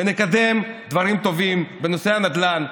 ונקדם דברים טובים בנושא הנדל"ן,